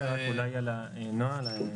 נעה,